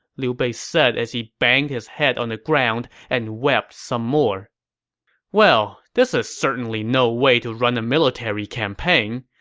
liu bei said as he banged his head on the ground and wept some more well, this is certainly no way to run a military campaign,